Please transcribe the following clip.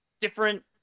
different